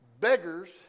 beggars